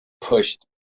pushed